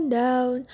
down